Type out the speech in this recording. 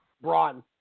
Braun